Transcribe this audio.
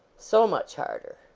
so much harder.